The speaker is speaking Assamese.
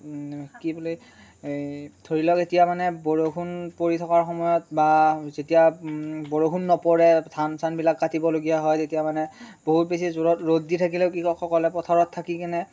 কি বোলে ধৰি লওক এতিয়া মানে বৰষুণ পৰি থকাৰ সময়ত বা যেতিয়া বৰষুণ নপৰে ধান চানবিলাক কাটিবলগীয়া হয় তেতিয়া মানে বহুত বেছি জোৰত ৰ'দ দি থাকিলেও কৃষকসকলে পথাৰত থাকি কিনে